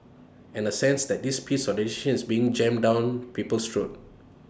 and A sense that this piece of legislation is being jammed down people's throats